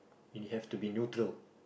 it has to be neutral